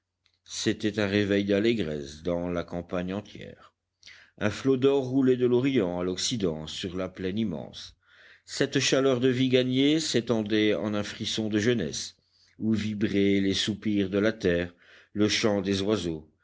c'était un réveil d'allégresse dans la campagne entière un flot d'or roulait de l'orient à l'occident sur la plaine immense cette chaleur de vie gagnait s'étendait en un frisson de jeunesse où vibraient les soupirs de la terre le chant des oiseaux